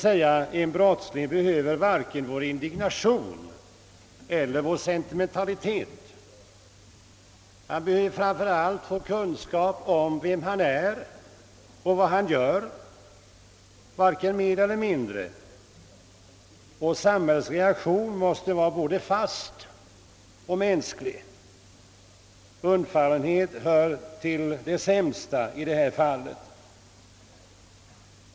En brottsling behöver varken vår indignation eller vår sentimentalitet. Han behöver framför allt få kunskap om vem han är och vad han gör — varken mer eller mindre. Samhällets reaktion måste vara både fast och mänsklig, undfallenhet hör till det sämsta i detta hänseende.